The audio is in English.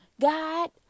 God